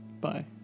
Bye